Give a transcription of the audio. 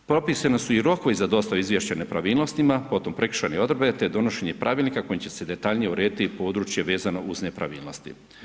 Propisani su i rokovi za dostavu izvješća o nepravilnostima potom prekršajne odredbe te donošenje pravilnika kojim će se detaljnije urediti i područje vezano uz nepravilnosti.